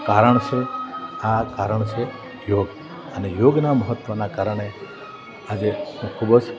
કારણ છે આ કારણ છે યોગ અને યોગના મહત્ત્વના કારણે આજે હું ખૂબ જ